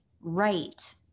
right